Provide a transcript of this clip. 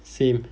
same